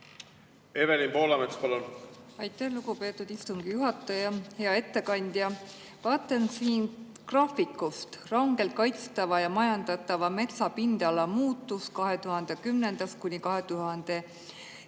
Evelin Poolamets, palun! Aitäh, lugupeetud istungi juhataja! Hea ettekandja! Vaatan graafikut "Rangelt kaitstava ja majandatava metsa pindala muutus 2010–2022".